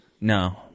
No